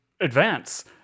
advance